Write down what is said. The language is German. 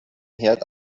herd